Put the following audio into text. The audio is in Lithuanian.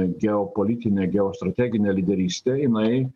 geopolitinė geostrateginė lyderystė jinai